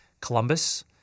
Columbus